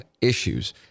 issues